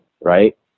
right